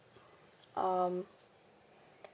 um